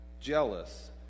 jealous